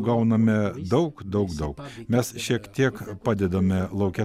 gauname daug daug daug mes šiek tiek padedame lauke